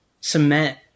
cement